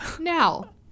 Now